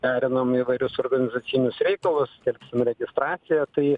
derinam įvairius organizacinius reikalus ir registracija tai